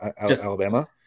Alabama